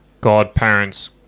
godparents